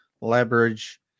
leverage